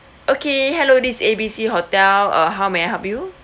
okay hello this is A B C hotel uh how may I help you